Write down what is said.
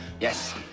Yes